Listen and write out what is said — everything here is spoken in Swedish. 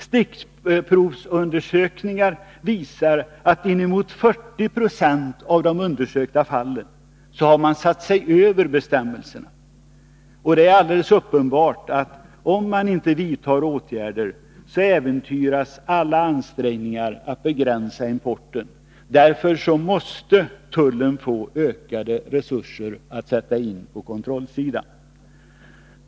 Stickprovsundersökningar visar att iinemot 40 26 av de undersökta fallen har man satt sig över bestämmelserna. Det är uppenbart, att om man inte vidtar åtgärder, så äventyras alla ansträngningar att begränsa importen. Därför måste tullen få ökade resurser att sätta in på kontrollsidan.